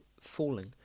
falling